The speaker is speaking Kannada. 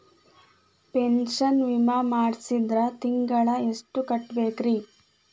ಪೆನ್ಶನ್ ವಿಮಾ ಮಾಡ್ಸಿದ್ರ ತಿಂಗಳ ಎಷ್ಟು ಕಟ್ಬೇಕ್ರಿ?